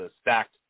stacked